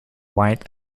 white